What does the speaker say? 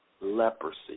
leprosy